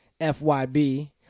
FYB